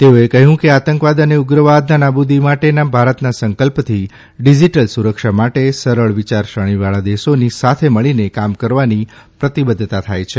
તેઓએ કહ્યું કે આતંકવાદ અને ઉગ્રવાદના નાબૂદી માટેના ભારતના સંકલ્પથી ડીજીટલ સુરક્ષા માટે સરળ વિયારણીવાળા દેશોની સાથે મળીને કામ કરવાની પ્રતિબધ્ધતા થાય છે